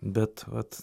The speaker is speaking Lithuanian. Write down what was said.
bet vat